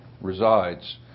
resides